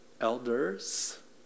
elders